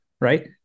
right